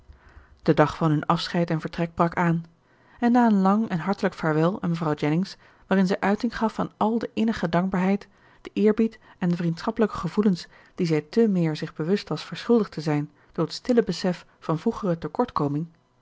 de dag van hun afscheid en vertrek brak aan en na een lang en hartelijk vaarwel aan mevrouw jennings waarin zij uiting gaf aan al de innige dankbaarheid den eerbied en de vriendschappelijke gevoelens die zij te meer zich bewust was verschuldigd te zijn door het stille besef van vroegere tekortkoming